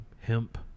hemp